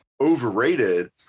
overrated